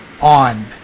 on